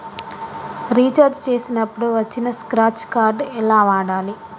Recharge చేసినప్పుడు వచ్చిన scratch card ఎలా వాడాలి?